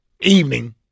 evening